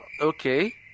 okay